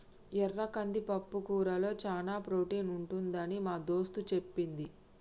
ఎర్ర కంది పప్పుకూరలో చానా ప్రోటీన్ ఉంటదని మా దోస్తు చెప్పింది